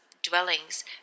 dwellings